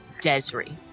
Desri